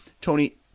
Tony